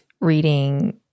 reading